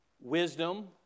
Wisdom